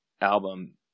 album